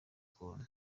ukuntu